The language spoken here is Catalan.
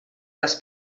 les